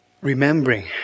Remembering